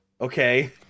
okay